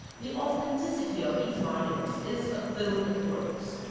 the authenticity of these monuments is of little importance.